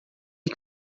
que